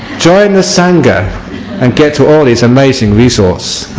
join the sangha and get to all these amazing resorts